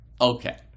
Okay